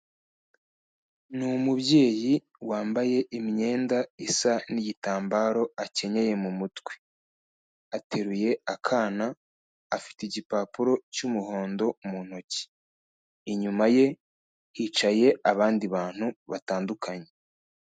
Ni umubyeyi wambaye imyenda isa n'igitambaro akenye mu mutwe, ateruye akana afite igipapuro cy'umuhondo mu ntoki. Inyuma ye hicaye abandi bantu batandukanye.